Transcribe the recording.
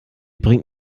bringt